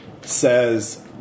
says